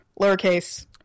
lowercase